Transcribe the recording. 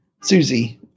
Susie